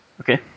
Okay